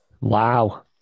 Wow